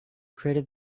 created